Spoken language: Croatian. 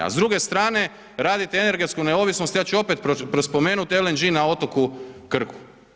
A s druge strane, radite energetsku neovisnost, ja ću opet spomenuti LNG na otoku Krku.